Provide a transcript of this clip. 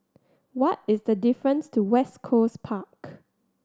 what is the difference to West Coast Park